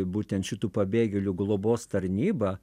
būtent šitų pabėgėlių globos tarnyba